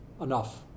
enough